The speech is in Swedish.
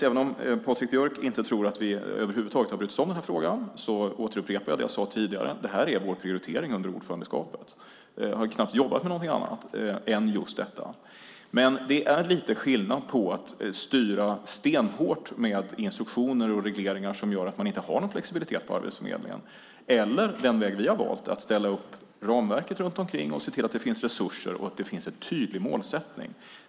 Även om Patrik Björck inte tror att vi över huvud taget har brytt oss om den här frågan upprepar jag det jag sade tidigare: Detta är vår prioritering under ordförandeskapet. Jag har knappt jobbat med något annat än just detta. Men det är lite skillnad mellan att styra stenhårt med instruktioner och regleringar som gör att man inte har någon flexibilitet på Arbetsförmedlingen och den väg vi har valt, nämligen att ställa upp ramverket runt omkring och se till att det finns resurser och en tydlig målsättning.